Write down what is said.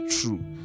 true